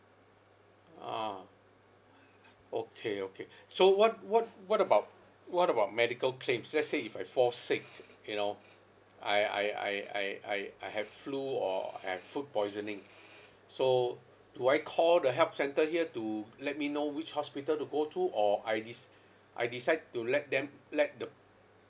ah okay okay so what what what about what about medical claims let's say if I fall sick you know I I I I I I have flu or I have food poisoning so do I call the help center here to let me know which hospital to go to or I dec~ I decide to let them let the